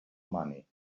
money